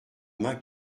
main